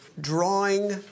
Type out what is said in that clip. Drawing